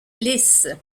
lisse